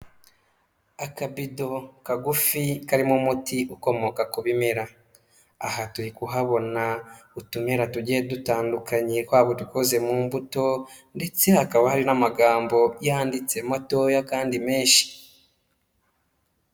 Akabito kagufi karimo umuti ukomoka ku bimera. Aha turi kuhabona utumera tugiye dutandukanye twaba udukoze mu mbuto, ndetse hakaba hari n'amagambo yanditse matoya kandi menshi.